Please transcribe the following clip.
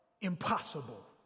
impossible